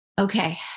Okay